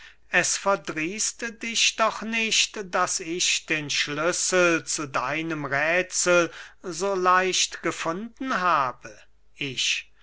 es verdrießt dich doch nicht daß ich den schlüssel zu deinem räthsel so leicht gefunden habe ich